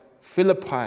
Philippi